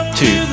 two